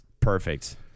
Perfect